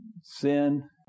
Sin